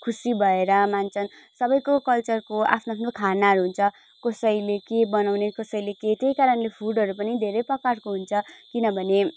खुसी भएर मान्छन् सबैको कल्चरको आफ्नो आफ्नो खानाहरू हुन्छ कसैले के बनाउने कसैले के त्यही कारणले फुडहरू पनि धेरै प्रकारको हुन्छ किनभने